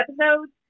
episodes